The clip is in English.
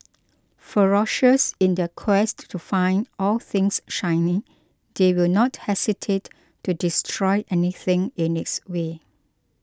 ferocious in their quest to find all things shiny they will not hesitate to destroy anything in its way